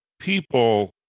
people